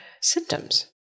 symptoms